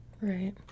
Right